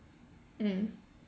mm